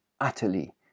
utterly